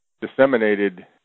disseminated